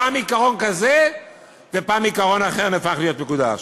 פעם עיקרון כזה ופעם עיקרון אחר נהפך להיות מקודש.